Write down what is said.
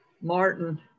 Martin